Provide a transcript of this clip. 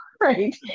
right